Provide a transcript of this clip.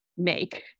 make